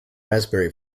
raspberry